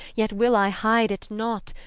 yet will i hide it not.